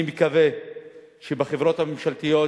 אני מקווה שבחברות הממשלתיות,